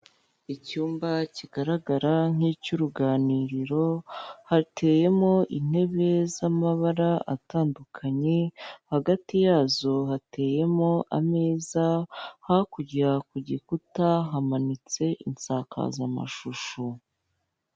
Icyumba kigaragara nk'icy'uruganiriro, hateyemo intebe z'amabara atandukanye, hagati zayo hateyemo ameza, hakurya ku gikuta hamanitse insakazamashusho.